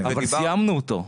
אבל סיימנו אותו.